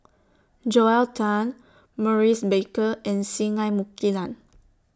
Joel Tan Maurice Baker and Singai Mukilan